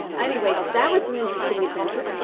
anyway, that was an interesting adventure.